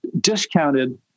discounted